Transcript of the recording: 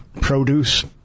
produce